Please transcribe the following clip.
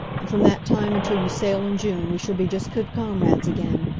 and from that time until you sail in june we shall be just good comrades again.